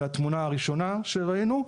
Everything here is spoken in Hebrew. זה התמונה הראשונה שראינו,